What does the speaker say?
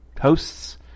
hosts